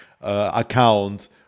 account